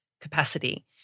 capacity